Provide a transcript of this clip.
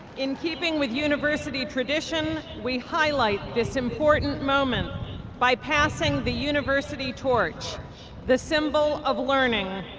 in keeping with university tradition, we highlight this important moment by passing the university torch the symbol of learning,